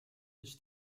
гэж